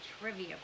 trivia